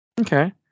Okay